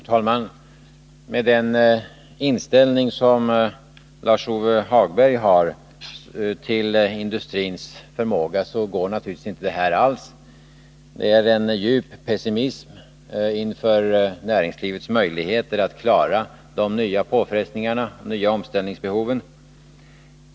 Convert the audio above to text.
Herr talman! Med den inställning som Lars-Ove Hagberg har till industrins förmåga går det naturligtvis inte alls. Det är en djup pessimism inför näringslivets möjligheter att klara de nya påfrestningarna, de nya omställningsbehoven.